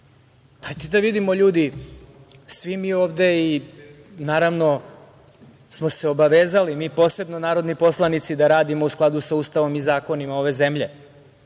dajte da vidimo ljudi, svi mi ovde smo se obavezali, a posebno mi narodni poslanici da radimo u skladu sa Ustavom i zakonima ove zemlje,